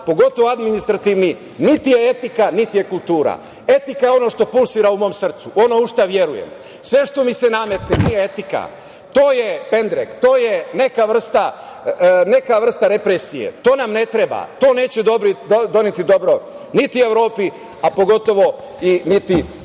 pogotovo administrativni, niti je etika, niti je kultura. Etika je ono što pulsira u mom srcu, ono u šta verujem. Sve što mi se nametne nije etika. To je pendrek, to je neka vrsta represije. To nam ne treba. To neće doneti dobro niti Evropi, a pogotovo našoj